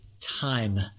time